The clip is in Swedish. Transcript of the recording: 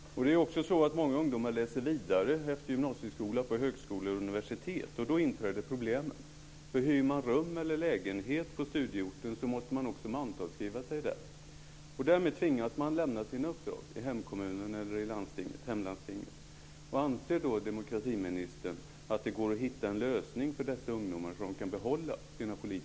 Det är också så att många ungdomar läser vidare efter gymnasieskolan på högskolor och universitet, och då inträder problemen. Hyr man rum eller lägenhet på studieorten måste man också mantalsskriva sig där. Därmed tvingas man lämna sina uppdrag i hemkommunen eller i hemlandstinget.